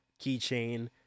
keychain